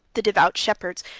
the devout shepherds,